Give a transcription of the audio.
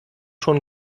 schon